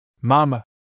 Mama